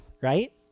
right